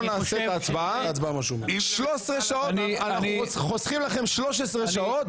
בוא נעשה את ההצבעה ואנחנו חוסכים לכם 13 שעות.